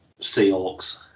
Seahawks